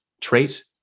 trait